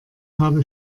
habe